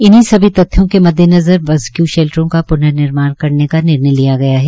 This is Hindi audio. इन्ही सभी तथ्यो के मद्देनज़र बस क्यू शेल्ट्रो का प्नर्निर्माण करने का निर्णय लिए गया है